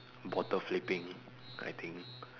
bottle flipping I think